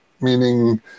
meaning